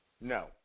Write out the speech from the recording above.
No